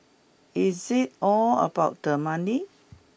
is it all about the money